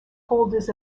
holders